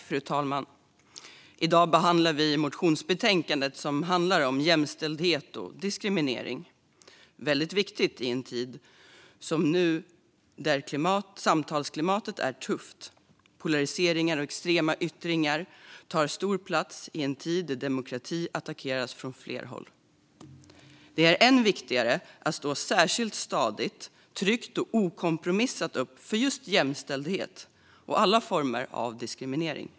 Fru talman! I dag behandlar vi motionsbetänkandet som handlar om jämställdhet och diskriminering. I en tid som denna när samtalsklimatet är tufft, polarisering och extrema yttringar tar stor plats och demokratin attackeras från flera håll är det särskilt viktigt att stadigt, tryggt och kompromisslöst stå upp för jämställdhet och mot alla former av diskriminering.